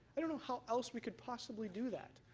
i don't know how else we could possibly do that.